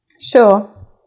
Sure